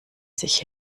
sich